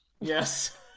Yes